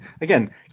again